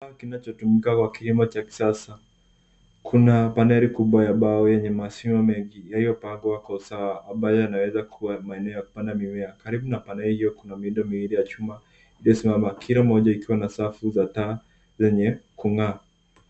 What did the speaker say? ...kinachotumika kwa kilimo cha kisasa kuna paneli kubwa ya mbao yenye mashimo mengi yaliyopangwa kwa usawa ambayo yanaweza kuwa maeneo ya kupanda mimea. Karibu na paneli hiyo, kuna miundo miwili ya chuma iliyosimama kila moja ikiwa na safu za taa zenye kung'aa.